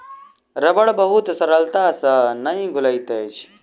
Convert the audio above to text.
रबड़ बहुत सरलता से नै घुलैत अछि